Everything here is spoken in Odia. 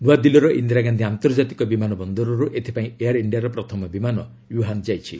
ନୂଆଦିଲ୍ଲୀର ଇନ୍ଦିରା ଗାନ୍ଧି ଆନ୍ତର୍ଜାତିକ ବିମାନ ବନ୍ଦରରୁ ଏଥିପାଇଁ ଏୟାର୍ ଇଣ୍ଡିଆର ପ୍ରଥମ ବିମାନ ଓସାନ୍ ଯାଇଛି